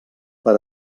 per